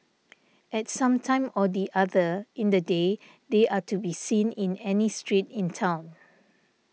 at some time or the other in the day they are to be seen in any street in town